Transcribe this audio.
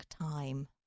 time